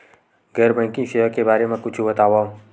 गैर बैंकिंग सेवा के बारे म कुछु बतावव?